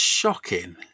shocking